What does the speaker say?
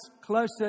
closer